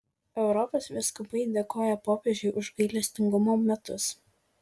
europos vyskupai dėkoja popiežiui už gailestingumo metus